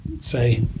say